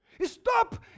Stop